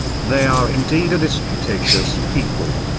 they are indeed a disputatious people.